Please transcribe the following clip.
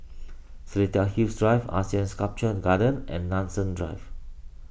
Seletar Hills Drive Asean Sculpture Garden and Nanson Drive